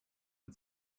and